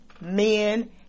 men